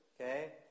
okay